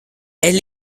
elle